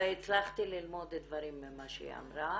והצלחתי ללמוד דברים ממה שהיא אמרה,